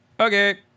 Okay